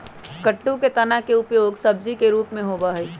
कुट्टू के तना के उपयोग सब्जी के रूप में होबा हई